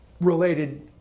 related